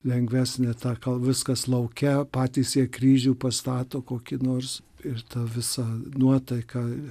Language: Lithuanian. lengvesnę tą kol viskas lauke patys jei kryžių pastato kokį nors ir tą visą nuotaiką